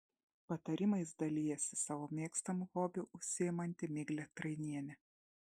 patarimais dalijasi savo mėgstamu hobiu užsiimanti miglė trainienė